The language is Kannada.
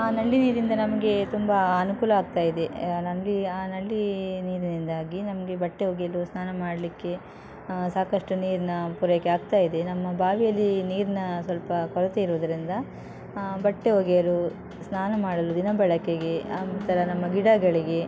ಆ ನಲ್ಲಿ ನೀರಿಂದ ನಮಗೆ ತುಂಬ ಅನುಕೂಲ ಆಗ್ತಾಯಿದೆ ನನಗೆ ಆ ನಲ್ಲಿ ನೀರಿನಿಂದಾಗಿ ನಮಗೆ ಬಟ್ಟೆ ಒಗೆಯಲು ಸ್ನಾನ ಮಾಡಲಿಕ್ಕೆ ಸಾಕಷ್ಟು ನೀರಿನ ಪೂರೈಕೆ ಆಗ್ತಾಯಿದೆ ನಮ್ಮ ಬಾವಿಯಲ್ಲಿ ನೀರಿನ ಸ್ವಲ್ಪ ಕೊರತೆ ಇರುವುದರಿಂದ ಬಟ್ಟೆ ಒಗೆಯಲು ಸ್ನಾನ ಮಾಡಲು ದಿನ ಬಳಕೆಗೆ ಆ ನಂತರ ನಮ್ಮ ಗಿಡಗಳಿಗೆ